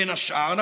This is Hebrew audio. בין השאר?